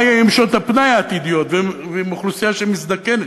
מה יהיה עם שעות הפנאי העתידיות ועם אוכלוסייה שמזדקנת?